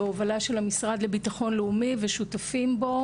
בהובלה של המשרד לביטחון לאומי ושותפים בו